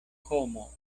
homo